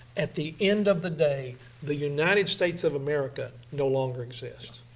at the end of the day the united states of america no longer exists.